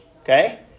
okay